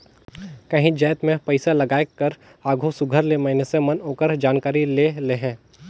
काहींच जाएत में पइसालगाए कर आघु सुग्घर ले मइनसे मन ओकर जानकारी ले लेहें